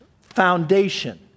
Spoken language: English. foundation